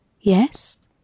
Yes